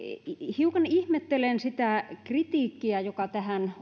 hiukan ihmettelen sitä kritiikkiä joka tähän